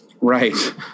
right